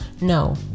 No